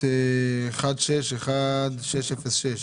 תוכנית 1616-06,